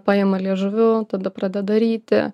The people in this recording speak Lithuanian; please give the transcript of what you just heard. paima liežuviu tada pradeda ryti